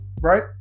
Right